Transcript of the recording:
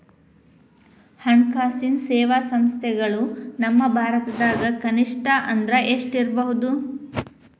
ಹಣ್ಕಾಸಿನ್ ಸೇವಾ ಸಂಸ್ಥೆಗಳು ನಮ್ಮ ಭಾರತದಾಗ ಕನಿಷ್ಠ ಅಂದ್ರ ಎಷ್ಟ್ ಇರ್ಬಹುದು?